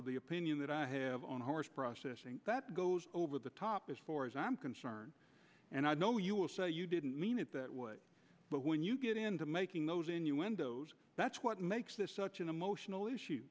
of the opinion that i have on horse processing that goes over the top as far as i'm concerned and i know you will say you didn't mean it that way but when you get into making those innuendos that's what makes this such an emotional issue